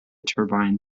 turbine